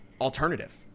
alternative